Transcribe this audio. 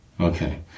Okay